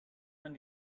man